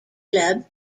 club